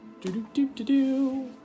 Do-do-do-do-do